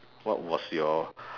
what was your